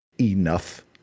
enough